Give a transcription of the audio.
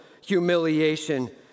humiliation